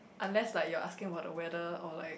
unless like you're asking what the weather or like